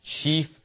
chief